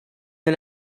эле